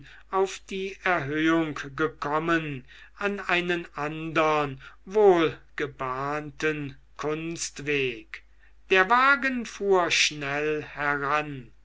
auf die erhöhung gekommen an einen andern wohlgebahnten kunstweg der wagen fuhr schnell heran